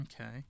Okay